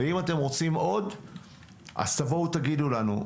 אם אתם רוצים עוד זמן אז בואו לבקש מהוועדה.